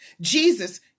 Jesus